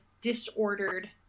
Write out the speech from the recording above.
disordered